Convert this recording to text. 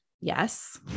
Yes